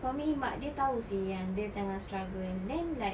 for me mak dia tahu seh yang dia tengah struggle then like